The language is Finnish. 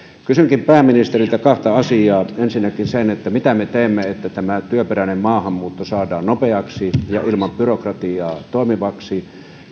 kysynkin pääministeriltä kahta asiaa ensinnäkin mitä me teemme että tämä työperäinen maahanmuutto saadaan nopeaksi ja ilman byrokratiaa toimivaksi